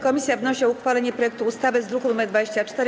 Komisja wnosi o uchwalenie projektu ustawy z druku nr 24.